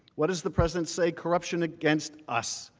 what does the present say corruption against us?